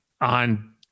on